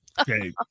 okay